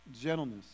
gentleness